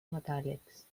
metàl·lics